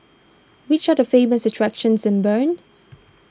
which are the famous attractions in Bern